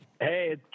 Hey